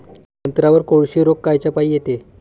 संत्र्यावर कोळशी रोग कायच्यापाई येते?